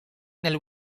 nel